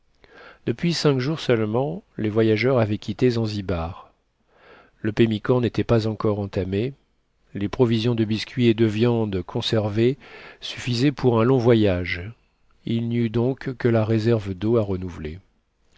depuis cinq jours seulement les voyageurs avaient quitté zanzibar le pemmican n'était pas encore entamé les provisions de biscuit et de viande conservée suffisaient pour un long voyage il n'y eut donc que la réserve d'eau à renouveler